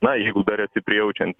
na jeigu dar esi prijaučiantis